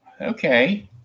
Okay